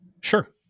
Sure